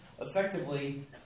effectively